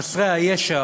חסרי הישע